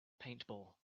paintball